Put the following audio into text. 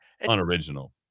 unoriginal